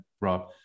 Rob